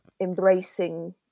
embracing